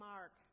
Mark